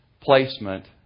placement